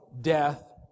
death